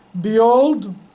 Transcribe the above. Behold